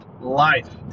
Life